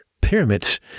pyramids